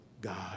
God